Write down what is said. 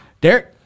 Derek